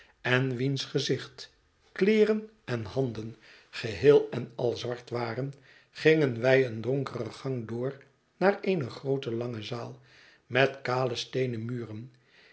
en wiens gezicht kleeren en handen geheel en al zwart waren gingen wij een donkeren gang door naar eene groote lange zaal met kale steenen muren